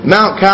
Mount